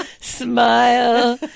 Smile